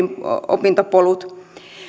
opintopolut